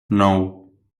nou